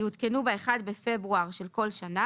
--- יעודכנו ב-1 בפברואר של כל שנה